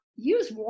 Use